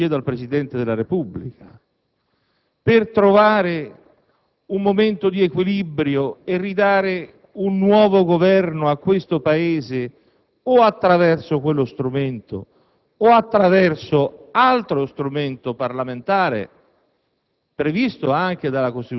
rationem*. Chiedo al Presidente della Repubblica se ci sono spazi per trovare un momento di equilibrio e ridare un nuovo Governo a questo Paese, o attraverso quello strumento o attraverso altro strumento parlamentare,